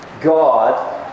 God